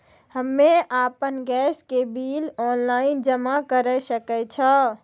हम्मे आपन गैस के बिल ऑनलाइन जमा करै सकै छौ?